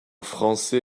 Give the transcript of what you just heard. français